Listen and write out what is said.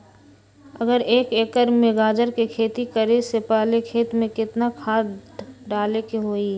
अगर एक एकर में गाजर के खेती करे से पहले खेत में केतना खाद्य डाले के होई?